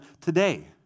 today